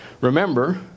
remember